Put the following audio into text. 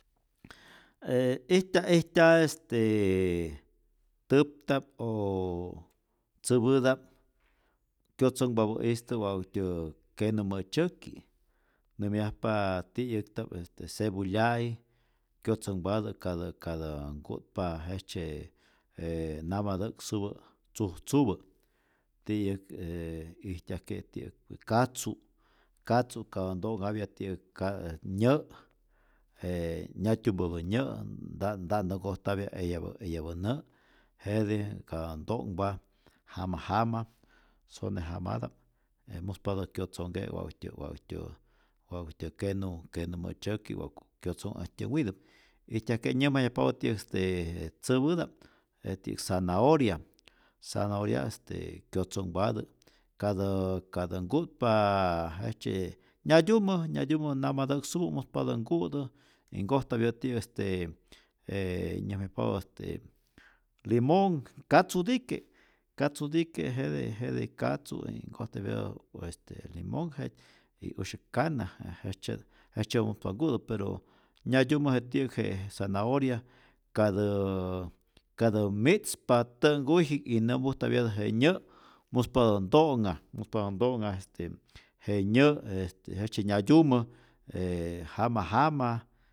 E ijtyaj ijtya est täpta'p ooo tzäpäta'p kyotzonhpapä'iste wakutyä kenu mä'tzyäki', nämyajpa ti'yäkta'p este cepulya'i kyotzonhpatä katä katä nku'tpa jejtzye je namatäksupä tzujtzupä, ti'yäk e ijtyajke' ti'yäk katzu, katzu katä nto'nhapya ti'yäk ka nyä' je nyatyumpä nyä' nn- nta' nta'ntä nkojtapya eyapä nä', jete katä nto'nhpa jama jama sone jamata'p e muspatä kyotzonhke' wa'ktyä wa'kyä wa'kutyä kenu kenu mä'tzyäki, wa'ku kyotzonh äjtyä witäp, ijtyajke' nyäjmayajpapä ti'yäk este je tzäpäta'p je ti'yäk zanahoria, zanahoria' este kyotzonhpatä katä katä nkutpa jejtzye nyatyumä nyatyumä namatä'ksupä muspatä nku'tu y nkojtapya ti'yäk este je nyäjmayajpapä este limonh katzutike katzutike, jete jete katzu e nkojtapyatä este limonh jet y usyak kana je jejtzye jejtzyetä muspa nku'tu, pero nyatyumä je ti'yäk je zanahoria ka täaä katä mi'tzpa tä'nhkuyji'k y nämpujtapyatä je nyä' muspatä nto'nha, muspatä nto'nha este je nyä' este jejtzye nyatyumä e jama jama